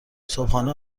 صبحانه